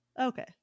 Okay